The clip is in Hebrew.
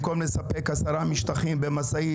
במקום לספק עשרה משטחים במשאית,